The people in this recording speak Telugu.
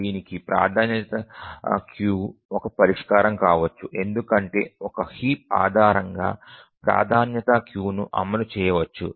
దీనికి ప్రాధాన్యత క్యూ ఒక పరిష్కారం కావచ్చు ఎందుకంటే ఒక హీప్ ఆధారంగా ప్రాధాన్యత క్యూను అమలు చేయవచ్చు